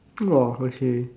!wah! okay